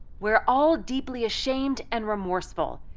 we're all deeply ashamed and remorseful,